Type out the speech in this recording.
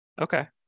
Okay